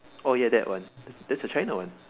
oh ya that one that's a China one